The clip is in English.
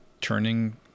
turning